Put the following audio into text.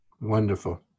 Wonderful